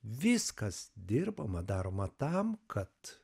viskas dirbama daroma tam kad